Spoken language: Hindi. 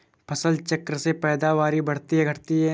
फसल चक्र से पैदावारी बढ़ती है या घटती है?